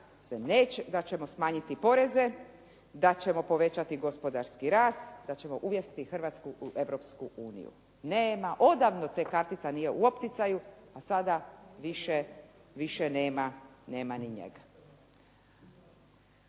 da ćemo smanjiti poreze, da ćemo povećati gospodarski rast, da ćemo uvesti Hrvatsku u Europsku uniju. Nema odavno ta kartica nije u opticaju, a sada više nema ni njega.